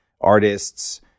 artists